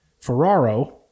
Ferraro